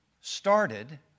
started